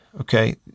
okay